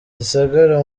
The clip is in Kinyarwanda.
gisagara